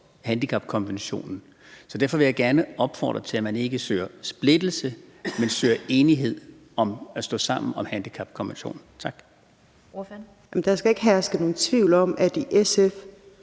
handicapkonventionen. Så derfor vil jeg gerne opfordre til, at man ikke søger splittelse, men søger enighed om at stå sammen om handicapkonventionen. Tak. Kl. 17:12 Den fg. formand